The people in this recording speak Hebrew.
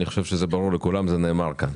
כי אני חושב שזה ברור לכולם וזה נאמר כאן.